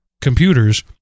computers